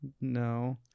no